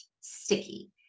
sticky